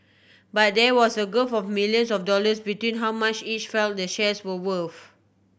but there was a gulf of millions of dollars between how much each felt the shares were worth